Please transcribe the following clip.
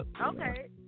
okay